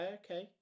okay